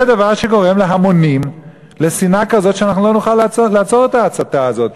זה דבר שגורם להמונים לשנאה כזאת שאנחנו לא נוכל לעצור את ההצתה הזאת.